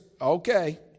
okay